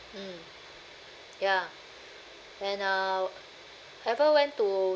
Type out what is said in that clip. mm ya and I ever went to